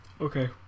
Okay